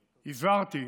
הזהרתי,